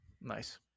Nice